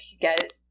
get